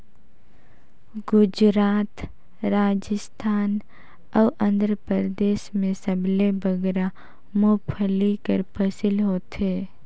गुजरात, राजिस्थान अउ आंध्रपरदेस में सबले बगरा मूंगफल्ली कर फसिल होथे